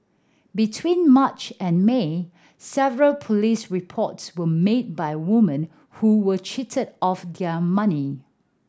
between March and May several police reports were made by woman who were cheated of their money